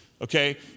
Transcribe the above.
Okay